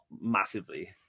massively